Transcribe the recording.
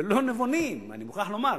ולא נבונים, אני מוכרח לומר.